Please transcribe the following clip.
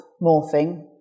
morphing